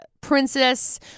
Princess